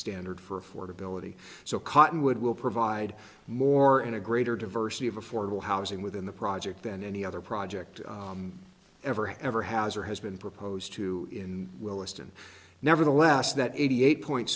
standard for affordability so cottonwood will provide more in a greater diversity of affordable housing within the project than any other project ever ever has or has been proposed to in willesden nevertheless that eighty eight point